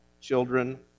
children